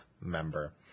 member